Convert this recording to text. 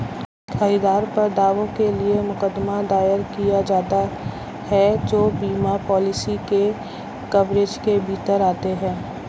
खरीदार पर दावों के लिए मुकदमा दायर किया जाता है जो बीमा पॉलिसी के कवरेज के भीतर आते हैं